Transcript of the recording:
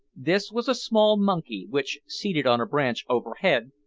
this was a small monkey, which, seated on a branch overhead,